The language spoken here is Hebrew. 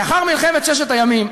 לאחר מלחמת ששת הימים,